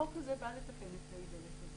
החוק הזה בא לטפל בחלק הזה.